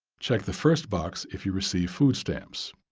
check the first box if you receive food stamps.